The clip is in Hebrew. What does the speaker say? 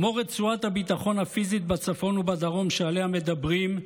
כמו רצועת הביטחון הפיזית בצפון ובדרום שעליה מדברים,